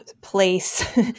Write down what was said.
place